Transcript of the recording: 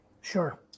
Sure